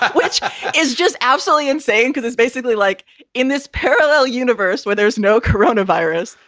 which is just absolutely insane because it's basically like in this parallel universe where there's no corona virus.